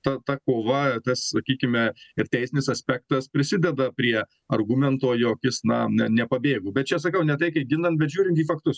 ta ta kova ta sakykime ir teisinis aspektas prisideda prie argumento jog jis na nepabėgo bet čia sakau ne tai kai ginant bet žiūrint į faktus